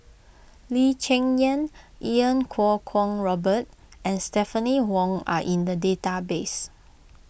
Lee Cheng Yan Iau Kuo Kwong Robert and Stephanie Wong are in the database